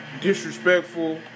disrespectful